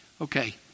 Okay